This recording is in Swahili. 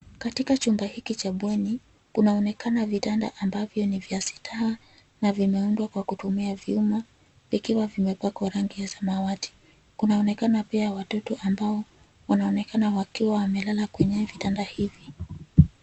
Katika chumba hiki cha bweni, kunaonekana vitanda ambavyo ni vya sitaa, na vimeundwa kwa kutumia vyuma, vikiwa vimepakwa rangi ya samawati. Kunaonekana pia watoto ambao wanaonekana wakiwa wamelala kwenye vitanda hivi.